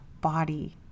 body